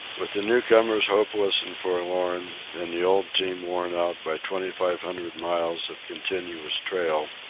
with the newcomers hopeless and forlorn, and the old team worn out by twenty-five hundred miles of continuous trail,